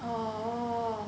oh